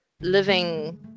living